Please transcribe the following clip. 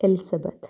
elizabeth